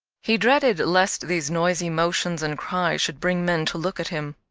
he dreaded lest these noisy motions and cries should bring men to look at him.